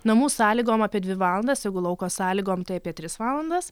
namų sąlygom apie dvi valandas jeigu lauko sąlygom tai apie tris valandas